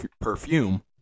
perfume